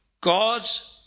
God's